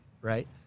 right